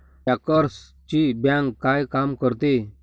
बँकर्सची बँक काय काम करते?